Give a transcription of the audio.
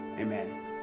Amen